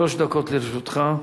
שלוש דקות לרשותך.